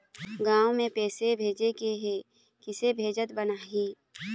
गांव म पैसे भेजेके हे, किसे भेजत बनाहि?